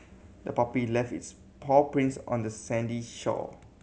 the puppy left its paw prints on the sandy shore